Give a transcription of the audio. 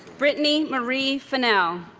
britni maree fennell